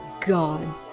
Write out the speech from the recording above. god